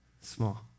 small